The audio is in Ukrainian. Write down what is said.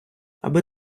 аби